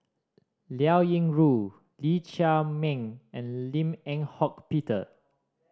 Liao Yingru Lee Chiaw Meng and Lim Eng Hock Peter